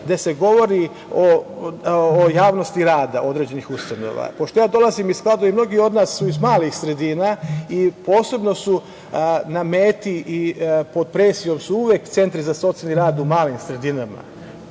gde se govori o javnosti rada određenih ustanova. Pošto ja dolazim iz Kladova i mnogi od nas su iz malih sredina i posebno su na meti i uvek su pod presijom centri za socijalni rad u malim sredinama